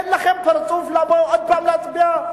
אין לכם פרצוף לבוא עוד פעם להצביע,